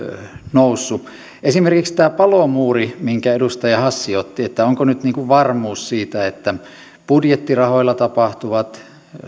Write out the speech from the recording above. noussut esimerkiksi tämä palomuuri minkä edustaja hassi otti että onko nyt varmuus siitä että budjettirahoilla tapahtuvat